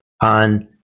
on